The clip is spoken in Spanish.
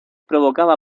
provocaba